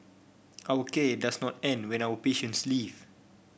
our care does not end when our patients leave